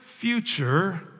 future